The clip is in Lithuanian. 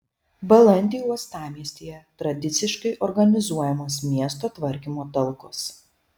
balandį uostamiestyje tradiciškai organizuojamos miesto tvarkymo talkos